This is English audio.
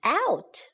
out